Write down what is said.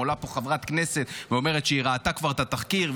עולה פה חברת כנסת ואומרת שהיא כבר ראתה את התחקיר,